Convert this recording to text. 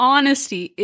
Honesty